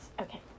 Okay